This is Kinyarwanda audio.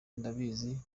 ndabizi